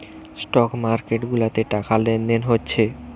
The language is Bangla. স্টক মার্কেট গুলাতে টাকা লেনদেন হচ্ছে